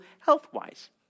health-wise